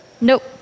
Nope